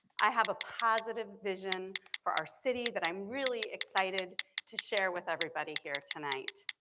i have a positive vision for our city that i'm really excited to share with everybody here tonight.